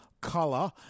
color